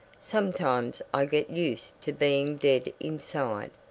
sometimes i get used to being dead inside,